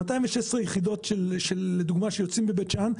לדוגמא, 216 יחידות שיוצאות בבית שאן.